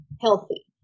healthy